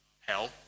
hell